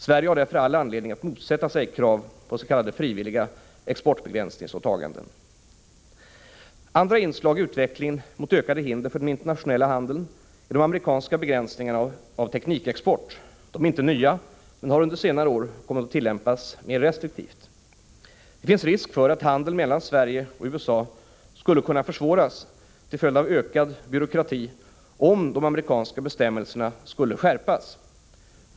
Sverige har därför all anledning att motsätta sig krav på s.k. frivilliga exportbegränsningsåtaganden. Andra inslag i utvecklingen mot ökade hinder för den internationella handeln är de amerikanska begränsningarna av teknikexport. De är inte nya men har under senare år kommit att tillämpas mer restriktivt. Det finns risk för att handeln mellan Sverige och USA skulle kunna försvåras till följd av ökad byråkrati om de amerikanska bestämmelserna skulle skärpas.